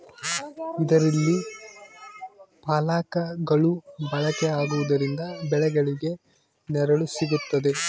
ಇದರಲ್ಲಿ ಫಲಕಗಳು ಬಳಕೆ ಆಗುವುದರಿಂದ ಬೆಳೆಗಳಿಗೆ ನೆರಳು ಸಿಗುತ್ತದೆ